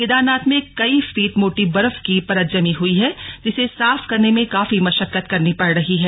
केदारनाथ में कई फीट मोटी बर्फ की परत जमी हुई है जिसे साफ करने में काफी मशक्कत करनी पड़ रही है